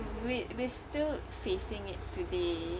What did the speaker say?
we we still facing it today